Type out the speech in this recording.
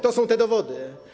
To są te dowody.